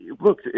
look